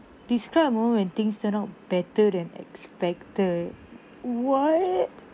describe a moment when things turned out better than expected [what]